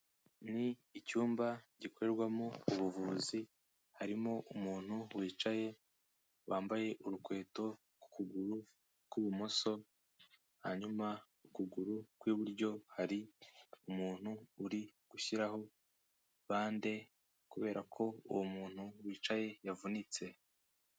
Ni icyumba gikorerwamo ubuvuzi; harimo umuntu wicaye wambaye urukweto ku kuguru kw'ibumoso hanyuma ukuguru kw'iburyo hari umuntu uri gushyiraho bande kubera ko uwo muntu wicaye yavunitse.